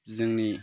जोंनि